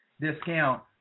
discount